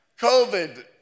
COVID